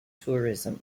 tourism